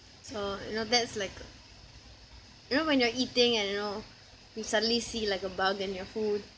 so you know that's like you know when you're eating and you know you suddenly see like a bug in your food